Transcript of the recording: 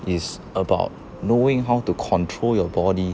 is about knowing how to control your body